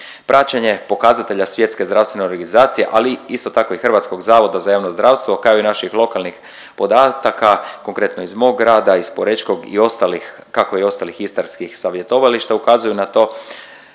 Praćenje pokazatelja Svjetske zdravstvene organizacije, ali isto tako i Hrvatskog zavoda za javno zdravstvo kao i naših lokalnih podataka konkretno iz mog rada, iz porečkog i ostalih, kako i ostalih istarskih savjetovališta ukazuju na to